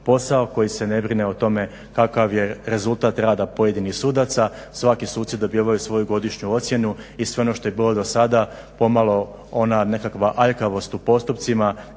posao, koji se ne brine o tome kakav je rezultat rada pojedinih sudaca, svaki suci dobivaju svoju godišnju ocjenu i sve ono što je bilo do sada pomalo ona nekakva aljkavost u postupcima